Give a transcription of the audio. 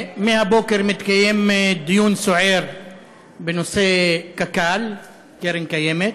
מהבוקר מתקיים דיון סוער בנושא קק"ל, קרן קיימת,